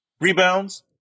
Rebounds